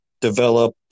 develop